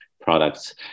products